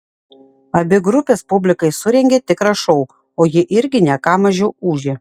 abi grupės publikai surengė tikrą šou o ji irgi ne ką mažiau ūžė